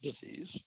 disease